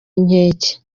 inkeke